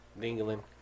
Dingling